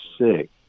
sick